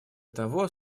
того